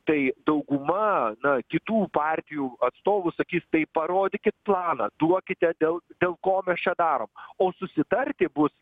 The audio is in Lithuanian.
tai dauguma na kitų partijų atstovų sakys tai parodykit planą duokite dėl dėl ko mes čia darom o susitarti bus